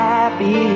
Happy